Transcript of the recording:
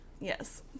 yes